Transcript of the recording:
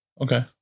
Okay